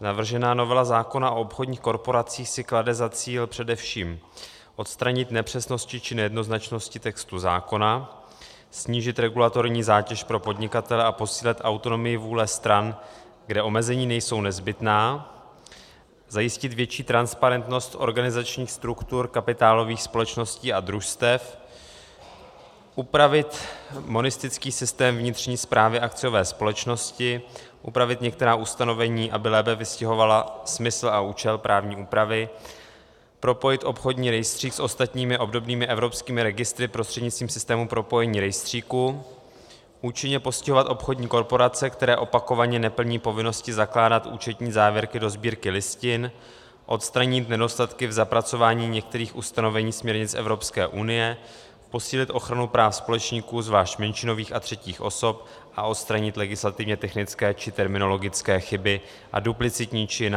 Navržená novela zákona o obchodních korporacích si klade za cíl především odstranit nepřesnosti či nejednoznačnosti textu zákona, snížit regulatorní zátěž pro podnikatele a posílit autonomii vůle stran, kde omezení nejsou nezbytná, zajistit větší transparentnost organizačních struktur kapitálových společností a družstev, upravit monistický systém vnitřní správy akciové společnosti, upravit některá ustanovení, aby lépe vystihovala smysl a účel právní úpravy, propojit obchodní rejstřík s ostatními obdobnými evropskými registry prostřednictvím systému propojení rejstříků, účinně postihovat obchodní korporace, které opakovaně neplní povinnosti zakládat účetní závěrky do Sbírky listin, odstranit nedostatky v zapracování některých ustanovení směrnic Evropské unie, posílit ochranu práv společníků, zvlášť menšinových, a třetích osob a odstranit legislativně technické či terminologické chyby a duplicitní či